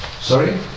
Sorry